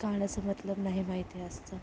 गाण्याचा मतलब नाही माहिती असतं